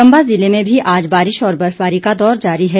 चम्बा जिले में भी आज बारिश और बर्फबारी का दौर जारी है